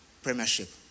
Premiership